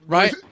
Right